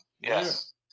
Yes